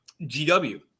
GW